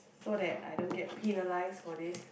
so that I don't get penalise for this